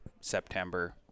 september